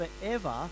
forever